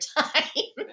time